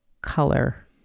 color